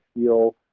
feel